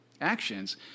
actions